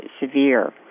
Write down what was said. severe